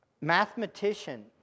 mathematician